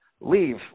leave